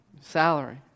Salary